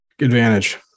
Advantage